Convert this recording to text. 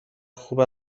خوب